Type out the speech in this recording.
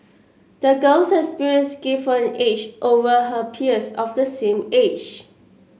the girl's experience gave her an edge over her peers of the same age